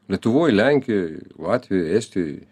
lietuvoj lenkijoj latvijoj estijoj